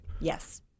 yes